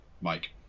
Mike